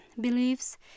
beliefs